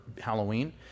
Halloween